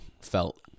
felt